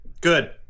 Good